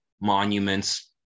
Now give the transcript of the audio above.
monuments